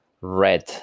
red